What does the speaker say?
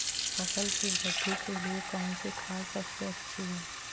फसल की वृद्धि के लिए कौनसी खाद सबसे अच्छी है?